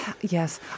Yes